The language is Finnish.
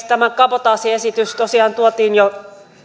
tämä kabotaasiesitys tosiaan tuotiin jo